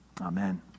Amen